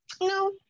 No